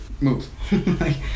move